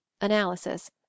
analysis